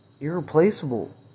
irreplaceable